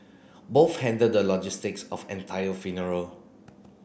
both handled the logistics of entire funeral